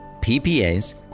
PPAs